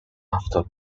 after